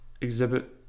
exhibit